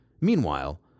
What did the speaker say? Meanwhile